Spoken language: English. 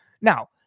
Now